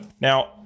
Now